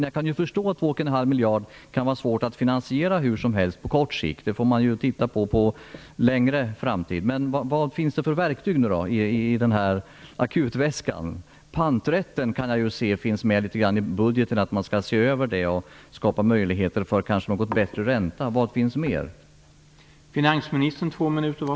Jag förstår att det kan vara svårt att finansiera 2,5 miljarder kronor på kort sikt - det får bli längre fram i tiden. Vilka verktyg finns det i akutväskan? Jag har sett att det står i budgeten att man skall se över panträtten och skapa möjligheter för en något bättre ränta. Vad finns det mer?